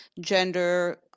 gender